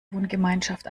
wohngemeinschaft